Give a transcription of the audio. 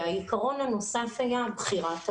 העיקרון הנוסף היה בחירת ההורים.